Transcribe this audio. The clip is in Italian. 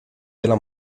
della